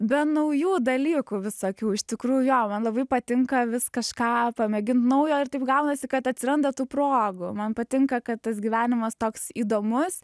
be naujų dalykų visokių iš tikrųjų jo man labai patinka vis kažką pamėgint naujo ir taip gaunasi kad atsiranda tų progų man patinka kad tas gyvenimas toks įdomus